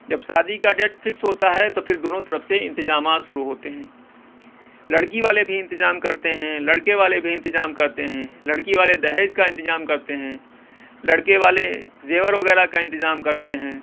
جب شادی کا ڈیٹ فکس ہوتا ہے تو پھر دونوں طرف سے انتظامات شروع ہوتے ہیں لڑکی والے بھی انتظام کرتے ہیں لڑکے والے بھی انتظام کرتے ہیں لڑکی والے دہیج کا انتظام کرتے ہیں لڑکے والے زیور وغیرہ کا انتظام کرتے ہیں